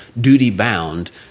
duty-bound